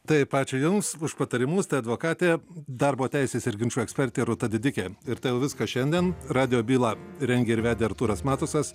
taip ačiū jums už patarimus tai advokatė darbo teisės ir ginčų ekspertė rūta didikė ir tau viskas šiandien radijo bylą rengė ir vedė artūras matusas